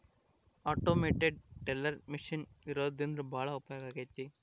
automated teller machine ಇರೋದ್ರಿಂದ ಭಾಳ ಉಪಯೋಗ ಆಗೈತೆ